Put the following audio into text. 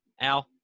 Al